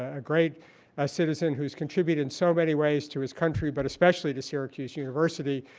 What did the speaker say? a great ah citizen who's contributed in so many ways to his country, but especially to syracuse university,